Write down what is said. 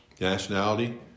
nationality